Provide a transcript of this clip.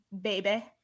baby